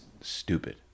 stupid